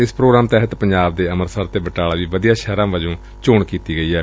ਇਸ ਧ੍ਰੋਗਰਾਮ ਤਹਿਤ ਪੰਜਾਬ ਦੇ ਅੰਮ੍ਤਿਸਰ ਅਤੇ ਬਟਾਲਾ ਦੀ ਵਧੀਆਂ ਸ਼ਹਿਰਾਂ ਵਜੋਂ ਚੋਣ ਕੀਤੀ ਗਈ ਏ